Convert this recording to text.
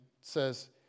says